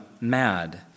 mad